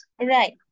Right